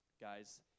Guys